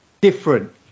Different